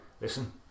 listen